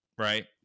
Right